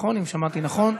אם שמעתי נכון.